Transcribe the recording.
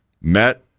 met